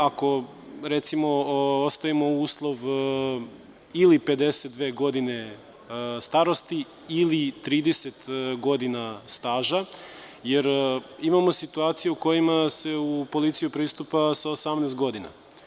Ako, recimo, ostavimo uslov ili 52 godine starosti ili 30 godina staža, jer imamo situacije u kojima se u policiju pristupa sa 18 godina.